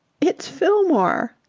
it's fillmore.